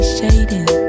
shading